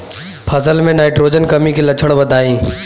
फसल में नाइट्रोजन कमी के लक्षण बताइ?